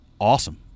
awesome